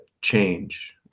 change